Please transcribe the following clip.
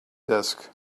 disk